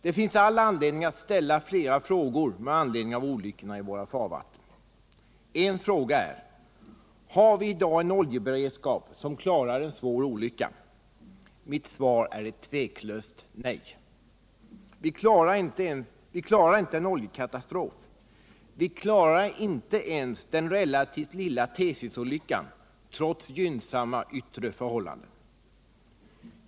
Det finns allt skäl att ställa flera frågor med anledning av olyckorna i våra farvatten. En fråga är: Har vi i dag en oljeberedskap som klarar en svår olycka? Mitt svar är ett tveklöst nej. Vi klarar inte en oljekatastrof. Vi klarade inte ens av den relativt lilla Tsesisolyckan, trots gynnsamma yttre förhållanden.